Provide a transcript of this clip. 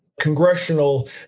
Congressional